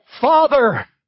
Father